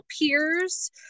peers